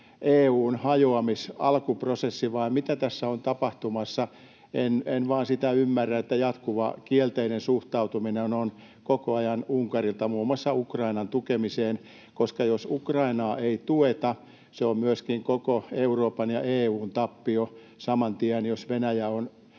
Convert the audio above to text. EU:n hajoamisalkuprosessi, vai mitä tässä on tapahtumassa? En vaan sitä ymmärrä, että jatkuva kielteinen suhtautuminen on koko ajan Unkarilta muun muassa Ukrainan tukemiseen, koska jos Ukrainaa ei tueta, se on myöskin koko Euroopan ja EU:n tappio saman tien, jos Venäjä on